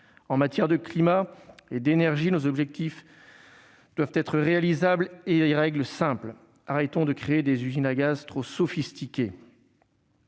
En matière de climat et d'énergie, nos objectifs doivent être réalisables et ils doivent respecter une règle simple : arrêtons de créer des usines à gaz trop sophistiquées.